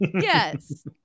Yes